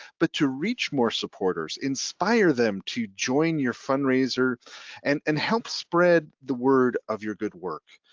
but to reach more supporters. inspire them to join your fundraiser and and help spread the word of your good work.